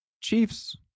Chiefs